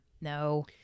No